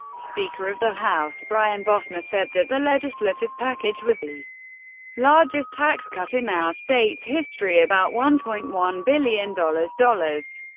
speaker of the house brian bosma said that the legislative package was the largest tax cut in our state's history, about one point one billion dollars dollars.